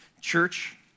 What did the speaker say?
church